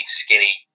skinny